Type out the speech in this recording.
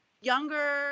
Younger